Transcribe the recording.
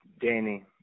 Danny